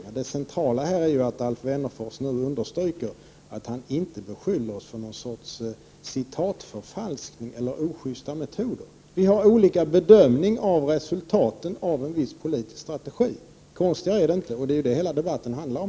6 juni 1989 Det centrala här är ju att Alf Wennerfors nu understryker att han inte beskyller oss för någon sorts citatförfalskning eller för ojusta metoder. Vi har olika bedömningar av resultaten av en viss politisk strategi. Konstigare är det inte, och det är ju det som hela debatten här handlar om.